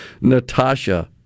Natasha